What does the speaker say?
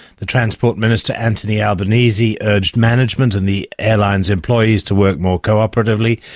the transport minister, anthony albanese, urged management and the airline's employees to work more cooperatively.